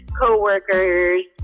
coworkers